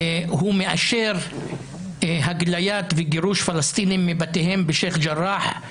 הוא מאשר הגליה וגירוש של פלסטינים מבתיהם בשייח ג'ראח.